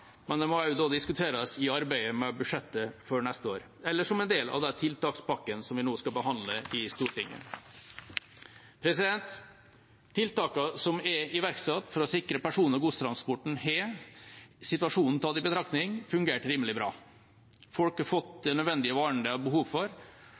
men de må da også diskuteres i forbindelse med arbeidet med budsjettet for neste år, eller som en del av den tiltakspakken vi nå skal behandle i Stortinget. Tiltakene som er iverksatt for å sikre person- og godstransporten, har – situasjonen tatt i betraktning – fungert rimelig bra. Folk har fått